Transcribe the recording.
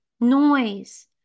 noise